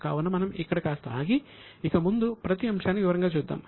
కావున మనం ఇక్కడ కాస్త ఆగి ఇక ముందు ప్రతి అంశాన్ని వివరంగా చూద్దాం